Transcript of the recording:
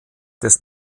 des